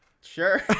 Sure